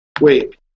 Wait